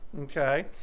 Okay